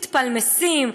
מתפלמסים,